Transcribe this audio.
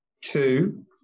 two